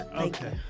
Okay